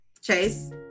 Chase